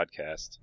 podcast